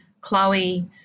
Chloe